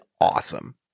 awesome